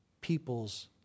people's